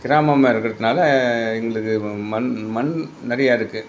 கிராமமாக இருக்கிறதனால எங்களுக்கு வ மண் மண் நிறயாருக்கு